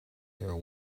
care